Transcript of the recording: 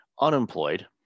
unemployed